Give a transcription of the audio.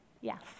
Yes